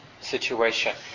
situation